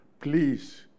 please